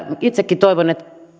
itsekin toivon että